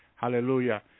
Hallelujah